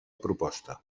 proposta